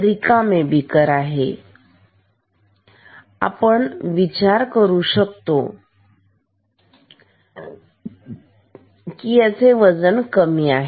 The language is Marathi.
रिकामे बीकर आहे आपण विचार करू शकतो का याचे वजन कमी असेल